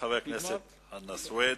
תודה לחבר הכנסת חנא סוייד.